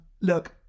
Look